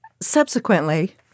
Subsequently